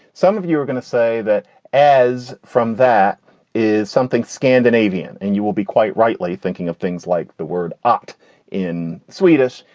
some of you are gonna say that as from that is something scandinavian and you will be quite rightly thinking of things like the word art in swedish,